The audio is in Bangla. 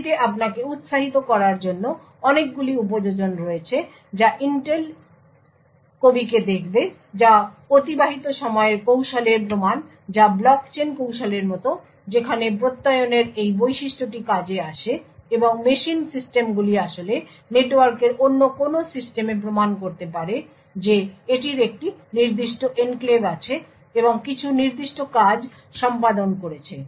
এটিতে আপনাকে উৎসাহিত করার জন্য অনেকগুলি উপযোজন রয়েছে যা ইন্টেল কবিকে দেখবে যা অতিবাহিত সময়ের কৌশলের প্রমাণ যা ব্লক চেইন কৌশলের মত যেখানে প্রত্যয়নের এই বৈশিষ্ট্যটি কাজে আসে এবং মেশিন সিস্টেমগুলি আসলে নেটওয়ার্কের অন্য কোনও সিস্টেমে প্রমাণ করতে পারে যে এটির একটি নির্দিষ্ট এনক্লেভ আছে এবং কিছু নির্দিষ্ট কাজ সম্পাদন করেছে